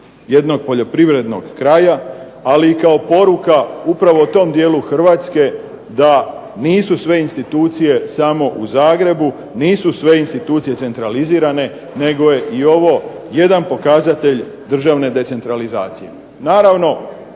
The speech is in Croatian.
jednog poljoprivrednog kraja, ali kao poruka upravo tom dijelu Hrvatske da nisu sve institucije samo u Zagrebu, nisu sve institucije centralizirane nego je ovo jedan pokazatelj državne decentralizacije. Naravno,